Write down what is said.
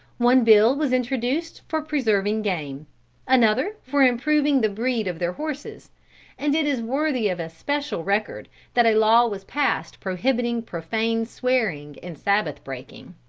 one bill was introduced for preserving game another for improving the breed of their horses and it is worthy of especial record that a law was passed prohibiting profane swearing and sabbath breaking.